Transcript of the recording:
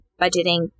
budgeting